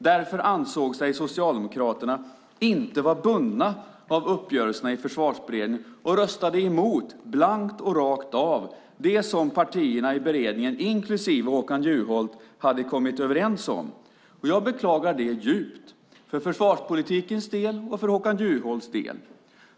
Därför ansåg sig Socialdemokraterna inte vara bundna av uppgörelserna i Försvarsberedningen och röstade emot, blankt och rakt av, det som partierna i beredningen, inklusive Håkan Juholt, hade kommit överens om. Jag beklagar det djupt för försvarspolitikens del och för Håkan Juholts del.